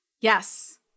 Yes